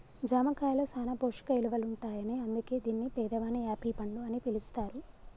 జామ కాయలో సాన పోషక ఇలువలుంటాయని అందుకే దీన్ని పేదవాని యాపిల్ పండు అని పిలుస్తారు